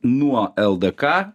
nuo ldk